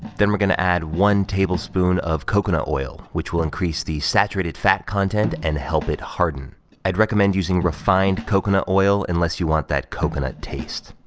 then we're gonna add one tablespoon of coconut oil which will increase the saturated fat content and help it harden i'd recommend using refined coconut oil unless you want that coconut taste,